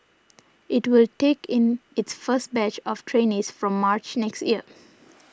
it will take in its first batch of trainees from March next year